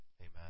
Amen